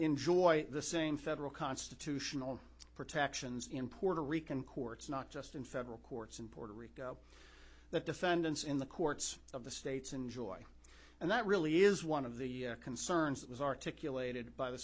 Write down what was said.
enjoy the same federal constitutional protections in puerto rican courts not just in federal courts in puerto rico that defendants in the courts of the states enjoy and that really is one of the concerns that was articulated by the